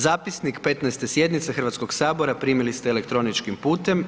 Zapisnik 15. sjednice Hrvatskog sabora primili ste elektroničkim putem.